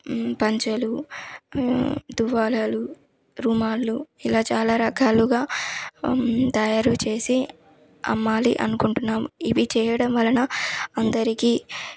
పంచెలు తువ్వాల్లు రుమాళ్ళు ఇలా చాలా రకాలుగా తయారు చేసి అమ్మాలి అనుకుంటున్నాం ఇవి చేయడం వలన అందరికీ